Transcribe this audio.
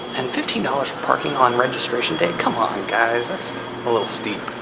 and fifteen dollars for parking on registration day? come on guys, that's a little steep.